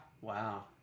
Wow